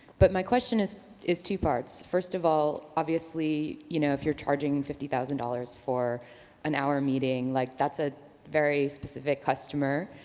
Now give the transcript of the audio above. but my question is is two parts, first of all obviously, you know, if you're charging fifty thousand dollars for an hour meeting, like that's a very specific customer.